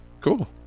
cool